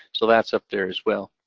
so that's up there as well.